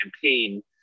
campaign